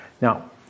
Now